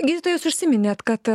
gydytoja jūs užsiminėt kad